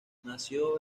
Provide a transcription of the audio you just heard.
nació